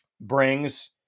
brings